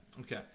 Okay